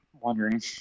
wondering